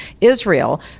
Israel